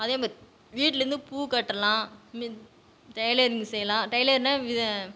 அதே மாதிரி வீட்லேருந்து பூ கட்டலாம் மித் டெய்லரிங் செய்யலாம் டெய்லரிங்னா வி